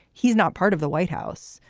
he's not part of the white house.